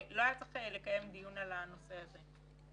לא היה צריך לקיים דיון על הנושא הזה.